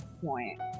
point